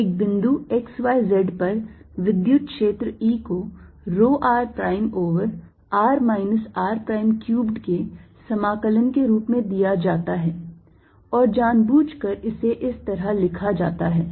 एक बिंदु x y z पर विद्युत क्षेत्र E को row r prime over r minus r prime cubed के समाकलन के रूप में दिया जाता है और जानबूझकर इसे इस तरह लिखा जाता है